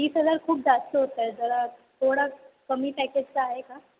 तीस हजार खूप जास्त होत आहेत जरा थोडा कमी पॅकेजचा आहे का